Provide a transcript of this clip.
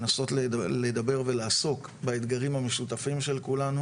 לנסות לדבר ולעסוק באתגרים המשותפים של כולנו